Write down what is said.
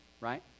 right